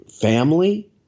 family